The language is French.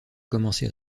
commencer